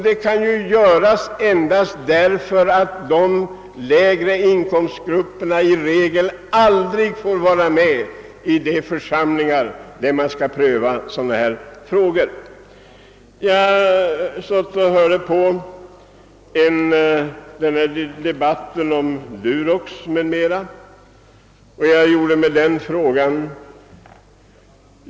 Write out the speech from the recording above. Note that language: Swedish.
Detta kan ske endast därför att de lägre inkomstgrupperna i regel inte får vara med i de församlingar där dessa frågor prövas. När jag hörde på debatten om Durox gjorde jag följande reflexioner.